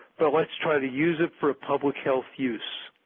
but let's try to use it for a public health use.